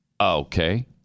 Okay